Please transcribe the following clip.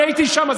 אני הייתי שם,